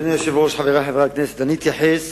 אדוני היושב-ראש, חברי חברי הכנסת, אני אתייחס